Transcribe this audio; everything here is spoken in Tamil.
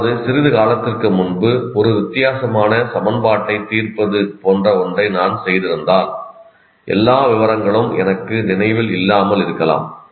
அதாவது சிறிது காலத்திற்கு முன்பு ஒரு வித்தியாசமான சமன்பாட்டைத் தீர்ப்பது போன்ற ஒன்றை நான் செய்திருந்தால் எல்லா விவரங்களும் எனக்கு நினைவில்இல்லாமல் இருக்கலாம்